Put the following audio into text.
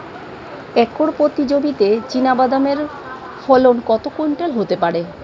Acre প্রতি জমিতে চীনাবাদাম এর ফলন কত কুইন্টাল হতে পারে?